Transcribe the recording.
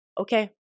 okay